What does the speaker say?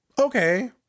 okay